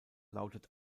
lautet